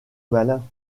malin